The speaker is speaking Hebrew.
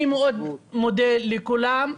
אני מאוד מודה לכולם.